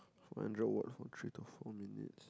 five hundred watts for three to four minutes